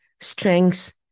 strengths